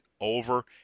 over